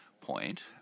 point